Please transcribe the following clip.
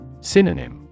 Synonym